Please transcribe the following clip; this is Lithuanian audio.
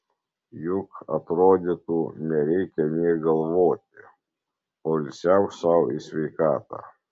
juk atrodytų nereikia nė galvoti poilsiauk sau į sveikatą